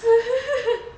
不是